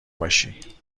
باشی